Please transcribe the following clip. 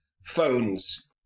phones